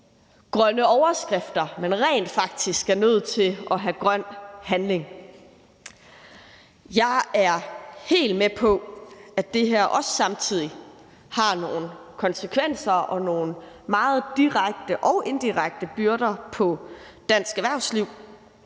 grønne overskrifter, men rent faktisk er nødt til at have grøn handling. Jeg er helt med på, at det her også samtidig har nogle konsekvenser og lægger nogle meget direkte og indirekte byrder på dansk erhvervsliv,